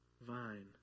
Vine